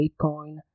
Bitcoin